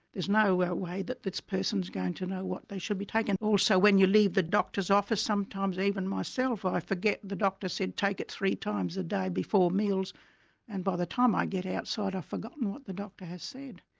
there's no way way that this person's going to know what they should be taking. also when you leave the doctor's office sometimes even myself i forget the doctor said take it three times a day before meals and by the time i get outside i've forgotten what the doctor has said.